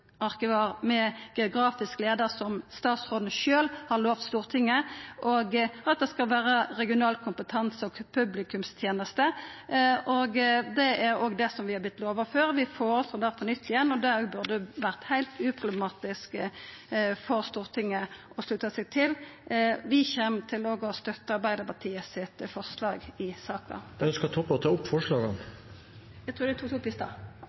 statsarkivar som geografisk leiar, som statsråden sjølv har lovt Stortinget, og at det skal vera regional kompetanse og publikumstenester. Det er det vi har vorte lova før – vi føreslår det på nytt igjen. Det burde vera heilt uproblematisk for Stortinget å slutta seg til det. Vi kjem òg til å støtta Arbeidarpartiets forslag i saka. Jeg tok ordet fordi jeg registrerer at kulturministeren ikke har bedt om ordet for å